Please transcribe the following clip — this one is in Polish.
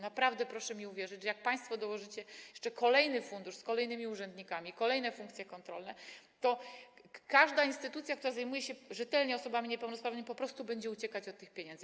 Naprawdę, proszę mi wierzyć, jak państwo dołożycie jeszcze kolejny fundusz, z kolejnymi urzędnikami, kolejne funkcje kontrolne, to każda instytucja, która rzetelnie zajmuje się osobami niepełnosprawnymi, po prostu będzie uciekać od tych pieniędzy.